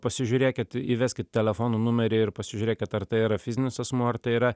pasižiūrėkit įveskit telefono numerį ir pasižiūrėkit ar tai yra fizinis asmuo ar tai yra